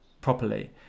properly